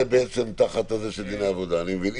זה תחת דיני עבודה, אני מבין.